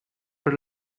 her